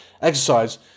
exercise